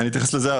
אני אתייחס לזה.